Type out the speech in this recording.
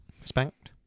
Spanked